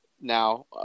now